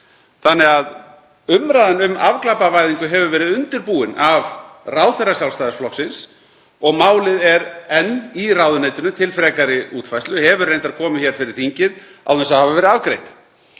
Þannig að umræðan um afglæpavæðingu hefur verið undirbúin af ráðherra Sjálfstæðisflokksins og málið er enn í ráðuneytinu til frekari útfærslu, hefur reyndar komið hér fyrir þingið án þess að hafa verið afgreitt.